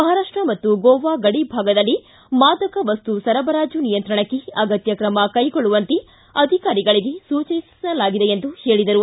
ಮಹಾರಾಷ್ಟ ಮತ್ತು ಗೋವಾ ಗಡಿ ಭಾಗದಲ್ಲಿ ಮಾದಕ ವಸ್ತು ಸರಬರಾಜು ನಿಯಂತ್ರಣಕ್ಕೆ ಅಗತ್ಯ ತ್ರಮ ಕೈಗೊಳ್ಳುವಂತೆ ಅಧಿಕಾರಿಗಳಿಗೆ ಸೂಚನೆ ನೀಡಲಾಗಿದೆ ಎಂದರು